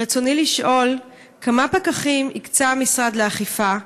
רצוני לשאול: 1. כמה פקחים הקצה המשרד לאכיפה?